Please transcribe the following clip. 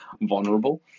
vulnerable